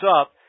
up